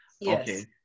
Yes